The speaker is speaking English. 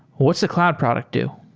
what's the cloud product do?